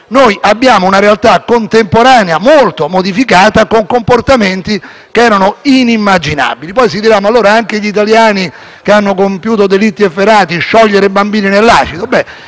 noi abbiamo una realtà contemporanea molto modificata con comportamenti che erano inimmaginabili. Poi si dirà che allora il tema dovrebbe riguardare anche gli italiani che hanno compiuto delitti efferati come sciogliere i bambini nell'acido.